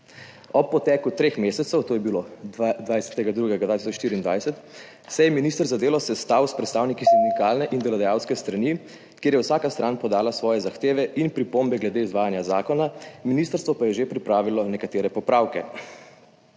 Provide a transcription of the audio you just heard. Ob poteku treh mesecev, to je bilo 20. 2. 2024, se je minister za delo sestal s predstavniki sindikalne in delodajalske strani, kjer je vsaka stran podala svoje zahteve in pripombe glede izvajanja zakona, ministrstvo pa je že pripravilo nekatere popravke.